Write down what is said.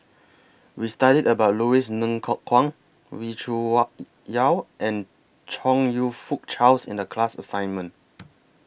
We studied about Louis Ng Kok Kwang Wee Cho Yaw and Chong YOU Fook Charles in The class assignment